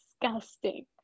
disgusting